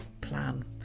plan